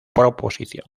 proposición